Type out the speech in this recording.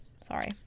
Sorry